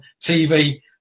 TV